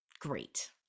Great